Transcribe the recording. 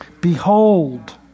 Behold